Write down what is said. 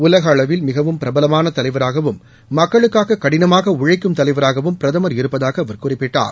உலகளவில் மிகவும் பிரபவமான தலைவராகவும் மக்களுக்காக கடினமாக உழைக்கும் தலைவராகவும் பிரதமர் இருப்பதாக அவர் குறிப்பிட்டார்